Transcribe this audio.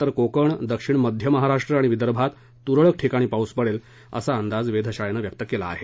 तर कोकण दक्षिण मध्य महाराष्ट्र आणि विदर्भात तुरळक ठिकाणी पाऊस पडेल असा अंदाज वेधशाळेनं व्यक्त केला आहे